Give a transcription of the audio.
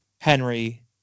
Henry